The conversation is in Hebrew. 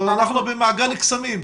אנחנו במעגל קסמים.